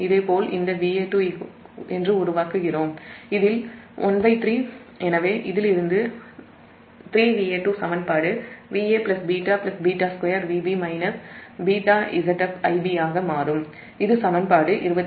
இதேபோல் 3Va2இந்த Va2 13 என்று உருவாக்குகிறோம் எனவே இதிலிருந்து 3Va2 சமன்பாடு Va β β2 Vb βZf Ib ஆக மாறும் இது சமன்பாடு 22